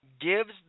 gives